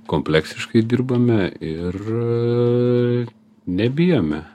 kompleksiškai dirbame ir nebijome